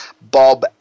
Bob